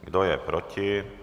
Kdo je proti?